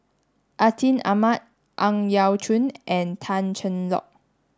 Atin Amat Ang Yau Choon and Tan Cheng Lock